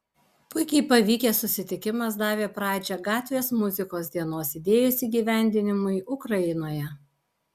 puikiai pavykęs susitikimas davė pradžią gatvės muzikos dienos idėjos įgyvendinimui ukrainoje